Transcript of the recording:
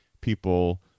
people